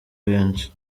benshi